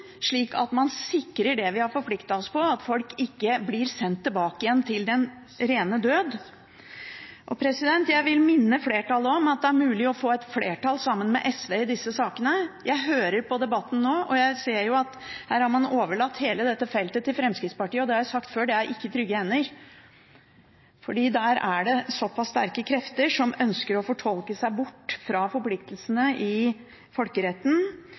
slik at man sikrer det vi har forpliktet oss til: at folk ikke blir sendt tilbake igjen til den rene død. Jeg vil minne flertallet om at det er mulig å få et flertall sammen med SV i disse sakene. Jeg hører på debatten nå, og jeg ser at her har man overlatt hele dette feltet til Fremskrittspartiet. Som jeg har sagt før: Der er det ikke i trygge hender, for der er det såpass sterke krefter som ønsker å fortolke seg bort fra forpliktelsene i folkeretten,